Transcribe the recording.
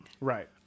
right